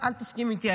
אל תסכים איתי,